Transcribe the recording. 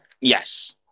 Yes